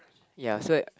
ya so that